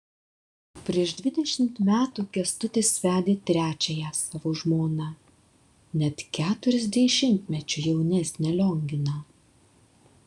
prieš dvidešimt metų kęstutis vedė trečiąją savo žmoną net keturiasdešimtmečiu jaunesnę lionginą